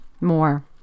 more